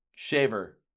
shaver